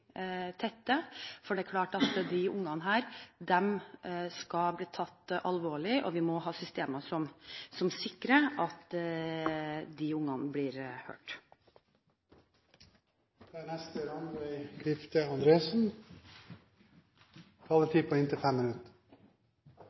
tette, for det er klart at disse barna skal bli tatt alvorlig, og vi må ha systemer som sikrer at de barna blir hørt. Jeg vil også takke interpellanten for engasjementet som hun viser i et tema som vi alle nå er